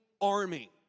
army